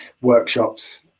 workshops